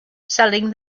selling